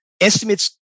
estimates